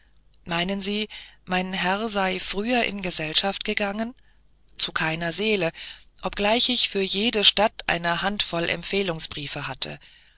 meinen sie mein herr sei früher in gesellschaft gegangen zu keiner seele obgleich ich für jede stadt eine handvoll empfehlungsbriefe hatte